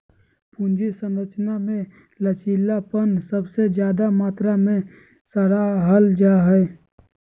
पूंजी संरचना मे लचीलापन सबसे ज्यादे मात्रा मे सराहल जा हाई